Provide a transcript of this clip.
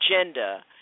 agenda